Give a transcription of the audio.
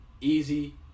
easy